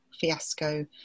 fiasco